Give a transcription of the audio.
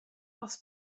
aus